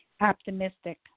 optimistic